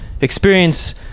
experience